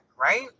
right